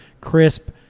crisp